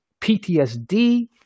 PTSD